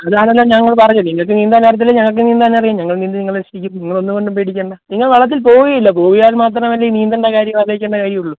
അതാണല്ലോ ഞങ്ങൾ പറഞ്ഞത് നിങ്ങൾക്ക് നീന്താൻ അറിയത്തില്ലെങ്കിൽ ഞങ്ങൾക്ക് നീന്താൻ അറിയാം ഞങ്ങൾ നീന്തി നിങ്ങളെ രക്ഷിക്കും നിങ്ങൾ ഒന്നുംകൊണ്ടും പേടിക്കേണ്ട നിങ്ങൾ വെള്ളത്തിൽ പോവുകയില്ല പോയാൽ മാത്രമല്ലേ ഈ നീന്തലിൻ്റെ കാര്യം ആലോചിക്കേണ്ട കാര്യം ഉള്ളൂ